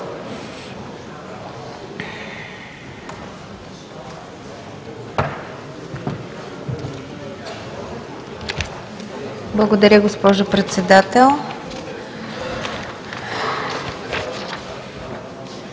Благодаря, господин Председател.